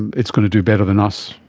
and it's going to do better than us,